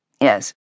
Yes